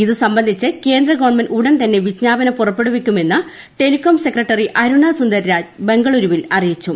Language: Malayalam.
ഇത് സംബന്ധിച്ച് കേന്ദ്രഗവൺമെന്റ് ഉടൻ തന്നെ വിജ്ഞാപനം പുറപ്പെടുവിക്കുമെന്ന് ടെലികോം സെക്രട്ടറി അരുണാസുന്ദര രാജ് ബംഗളൂരുവിൽ അറിയിച്ചു